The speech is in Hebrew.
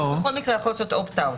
הקטין בכל מקרה יכול לעשות Opt-out.